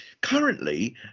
Currently